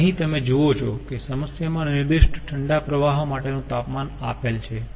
અને અહીં તમે જુઓ છો કે સમસ્યામાં નિર્દિષ્ટ ઠંડા પ્રવાહ માટેનું તાપમાન આપેલ છે